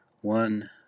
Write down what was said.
One